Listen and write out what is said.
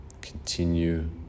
continue